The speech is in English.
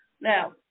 Now